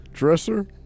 dresser